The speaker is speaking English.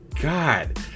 God